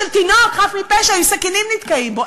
של תינוק חף מפשע עם סכינים נתקעים בו?